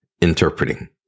interpreting